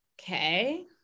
okay